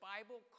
Bible